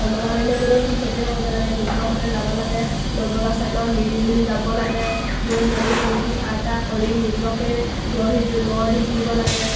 কমলাবাৰীলৈ গ'লেও ঠিক সেইটোৱে কৰিব লাগে নিজৰ মতে যাব লাগে লগৰ ল'ৰা ছোৱালীৰ লগত মিলিজুলি যাব লাগে গৈ মেলি ফূৰ্তি ফাৰ্ত কৰি নিজকে গঢ়ি গঢ় দি তুলিব লাগে